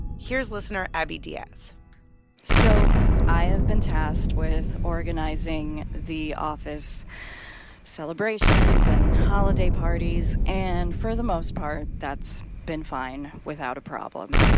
here's listener abbey diaz so i have been tasked with organizing the office celebrations and holiday parties. and for the most part, that's been fine without a problem.